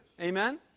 Amen